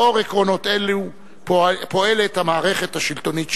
לאור עקרונות אלו פועלת המערכת השלטונית שלנו.